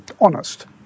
honest